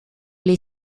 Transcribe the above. les